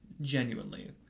genuinely